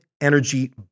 energy